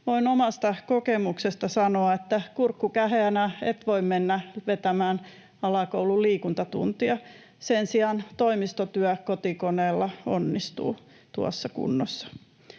Voin omasta kokemuksesta sanoa, että kurkku käheänä et voi mennä vetämään alakoulun liikuntatuntia. Sen sijaan toimistotyö kotikoneella onnistuu tuossa kunnossa.